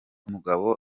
umugabo